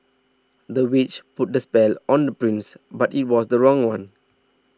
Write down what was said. the witch put a spell on the prince but it was the wrong one